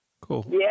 Cool